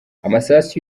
amasasu